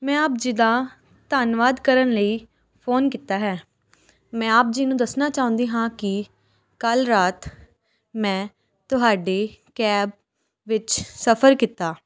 ਮੈਂ ਆਪ ਜੀ ਦਾ ਧੰਨਵਾਦ ਕਰਨ ਲਈ ਫ਼ੋਨ ਕੀਤਾ ਹੈ ਮੈਂ ਆਪ ਜੀ ਨੂੰ ਦੱਸਣਾ ਚਾਹੁੰਦੀ ਹਾਂ ਕਿ ਕੱਲ੍ਹ ਰਾਤ ਮੈਂ ਤੁਹਾਡੀ ਕੈਬ ਵਿੱਚ ਸਫ਼ਰ ਕੀਤਾ